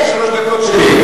אני נותן לה את שלוש הדקות שלי.